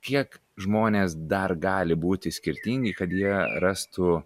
kiek žmonės dar gali būti skirtingi kad jie rastų